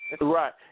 Right